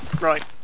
Right